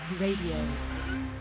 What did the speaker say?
Radio